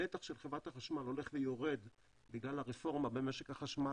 הנתח של חברת החשמל הולך ויורד בגלל הרפורמה במשק החשמל